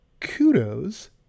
kudos